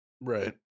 Right